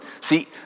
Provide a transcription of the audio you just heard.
See